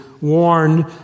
warned